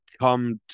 come